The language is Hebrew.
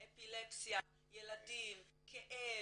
אפילפסיה, ילדים, כאב,